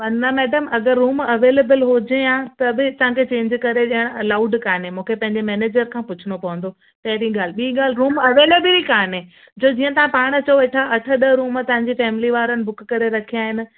वंदना madam अगरि room available हुजे हां त बि तव्हांखे चेंज करे ॾियण अलाऊड कोन्हे मूंखे पंहिंजे मैनेजर खां पुछिणो पवंदो पहिरीं ॻाल्हि ॿी ॻाल्हि रूम अवेलेबल ई कोन्हे जो जीअं तव्हां पाण चओ वेठा अठ ॾह रूम तव्हांजे फ़ैमिली वारनि बुक करे रखिया आहिनि